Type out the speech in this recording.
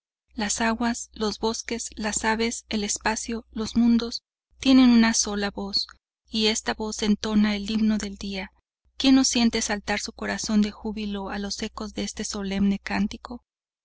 las aguas los bosques las aves el espacio los mundos tienen un asola voz y esta voz entona el himno del día quien no siente saltar su corazón de jubilo a los ecos de este solemne cántico